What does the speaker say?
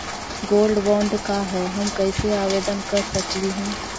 Gold bond का है, हम कैसे आवेदन कर सकली ही?